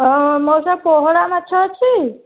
ମଉସା ପୋହଳା ମାଛ ଅଛି